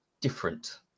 different